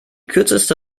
kürzeste